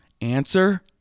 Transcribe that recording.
Answer